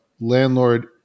landlord